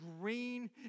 green